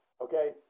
okay